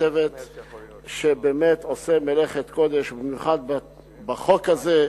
צוות שבאמת עושה מלאכת קודש, במיוחד בחוק הזה.